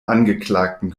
angeklagten